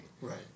Right